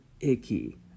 icky